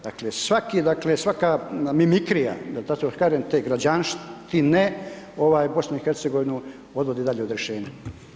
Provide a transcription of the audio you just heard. Dakle svaki, dakle svaka mimikrija da tako kažem te građanštine ovaj BiH odvodi dalje od rješenja.